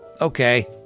okay